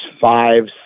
five